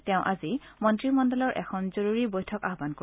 তেওঁ আজি মন্ত্ৰী মণ্ডলৰ এখন জৰুৰী বৈঠক আহান কৰিব